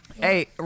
Hey